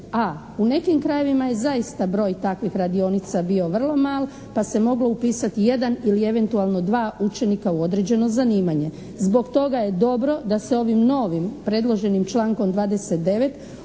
a u nekim krajevima je zaista broj takvih radionica bio vrlo mal pa se moglo upisati jedan ili eventualno dva učenika u određeno zanimanje. Zbog toga je dobro da se ovim novim predloženim člankom 29.